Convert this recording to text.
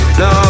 no